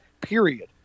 Period